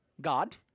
God